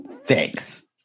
Thanks